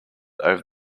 over